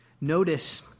Notice